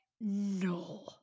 No